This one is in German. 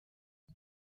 die